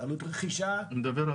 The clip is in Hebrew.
הוא דיבר על